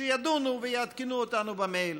שידונו ויעדכנו אותנו במייל.